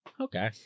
Okay